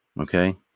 Okay